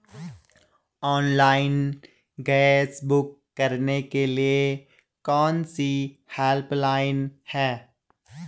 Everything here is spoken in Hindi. ऑनलाइन गैस बुक करने के लिए कौन कौनसी हेल्पलाइन हैं?